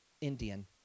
Indian